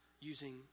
using